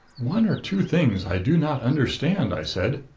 one or two things i do not understand, i said.